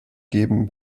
geben